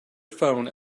phone